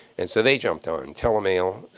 and so they jumped on, telemail,